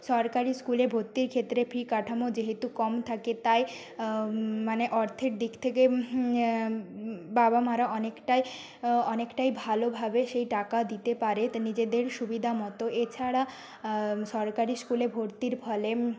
সরকারি স্কুলে ভর্তির ক্ষেত্রে ফি কাঠামো যেহেতু কম থাকে তাই মানে অর্থের দিক থেকে বাবা মারা অনেকটাই অনেকটাই ভালোভাবে সেই টাকা দিতে পারে নিজেদের সুবিধা মতো এছাড়া সরকারি স্কুলে ভর্তির ফলে